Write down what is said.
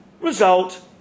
result